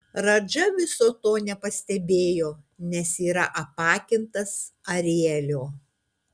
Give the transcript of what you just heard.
radža viso to nepastebėjo nes yra apakintas arielio